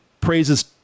Praises